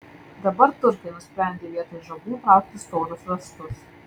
dabar turkai nusprendė vietoj žabų traukti storus rąstus